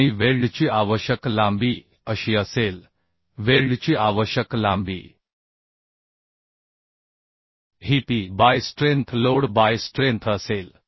आणि वेल्डची आवश्यक लांबी अशी असेल वेल्डची आवश्यक लांबी ही p by strength load by strength असेल